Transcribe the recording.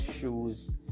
shoes